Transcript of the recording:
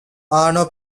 arno